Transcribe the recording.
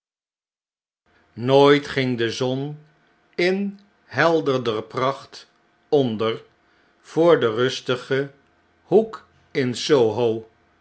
nooit ging de zon in helderder pracht onder voor den rustigen hoek in